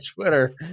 Twitter